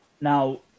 Now